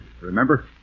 remember